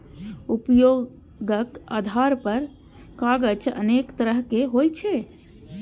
उपयोगक आधार पर कागज अनेक तरहक होइ छै